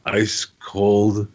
ice-cold